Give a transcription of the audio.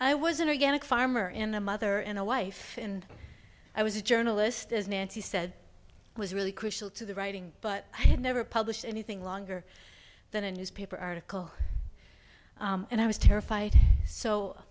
i was an organic farmer in a mother and a wife and i was a journalist as nancy said was really crucial to the writing but i had never published anything longer than a newspaper article and i was terrified so